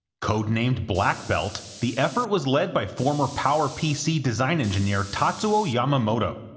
code-named black belt, the effort was led by former powerpc design engineer tatsuo yamamoto.